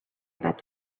about